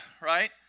right